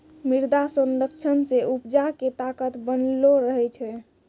मृदा संरक्षण से उपजा के ताकत बनलो रहै छै